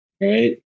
right